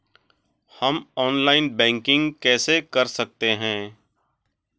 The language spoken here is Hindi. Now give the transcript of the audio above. हम ऑनलाइन बैंकिंग कैसे कर सकते हैं?